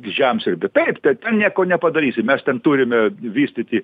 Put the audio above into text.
žemsiurbių taip taip ten nieko nepadarysi mes ten turime vystyti